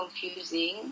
confusing